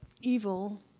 evil